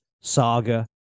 saga